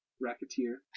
racketeer